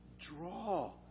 draw